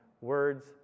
words